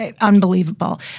unbelievable